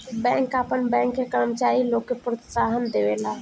bank आपन bank के कर्मचारी लोग के प्रोत्साहन देवेला